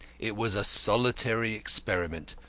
it was a solitary experiment,